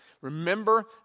Remember